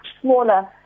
smaller